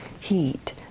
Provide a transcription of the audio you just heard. heat